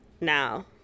now